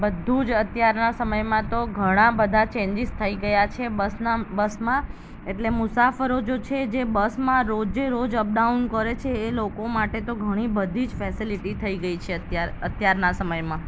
બધું જ અત્યારના સમયમાં તો ઘણા બધા ચેન્જીસ થઈ ગયા છે બસના બસમાં એટલે મુસાફરો જો છે જે બસમાં રોજે રોજ અપડાઉન કરે છે એ લોકો માટે તો ઘણી બધી જ ફેસીલીટી થઈ ગઈ છે અત્યારે અત્યારના સમયમાં